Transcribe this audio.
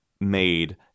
made